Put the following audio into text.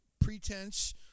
pretense